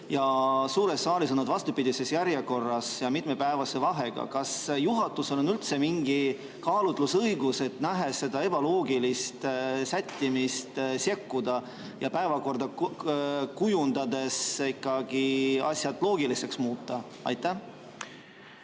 suures saalis on nad vastupidises järjekorras ja mitmepäevase vahega. Kas juhatusel on üldse mingi kaalutlusõigus, et nähes seda ebaloogilist sättimist, sekkuda ja päevakorda kujundades asjad loogiliseks muuta?